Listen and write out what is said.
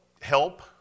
help